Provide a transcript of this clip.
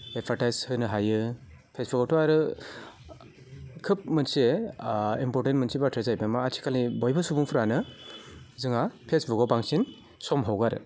advertise होनो हायो फेसबुकावथ' आरो खोब मोनसे इम्पर्टेन्ट मोनसे बाथ्राया जाहैबाय मा आथिखालनि बयबो सुबुंफोरानो जोंहा फेसबुकाव बांसिन सम हगारो